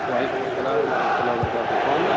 وعلیکم السّلام ورحمۃ اللہ وبرکاتہ کون